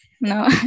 no